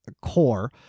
core